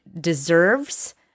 deserves